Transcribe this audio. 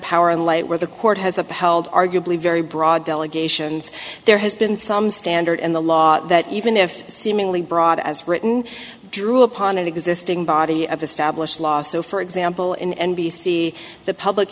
power in light where the court has upheld arguably very broad delegations there has been some standard in the law that even if seemingly broad as written drew upon an existing body of established law so for example in n b c the public